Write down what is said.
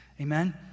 Amen